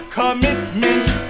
commitments